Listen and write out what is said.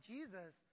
Jesus